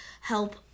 help